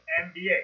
NBA